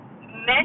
men